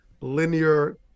linear